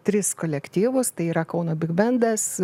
tris kolektyvus tai yra kauno bigbendas